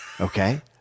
Okay